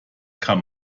kann